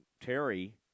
Terry